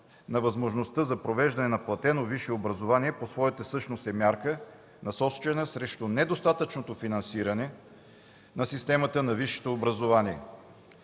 на възможността за провеждане на платено висше образование по своята същност е мярка, насочена срещу надостатъчното финансиране на системата на висшето образование.